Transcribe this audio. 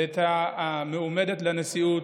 ואת המועמדת לנשיאות,